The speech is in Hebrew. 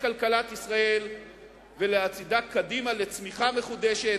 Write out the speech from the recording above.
כלכלת ישראל ולהצעידה קדימה לצמיחה מחודשת,